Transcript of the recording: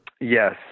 Yes